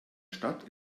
stadt